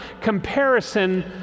comparison